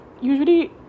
usually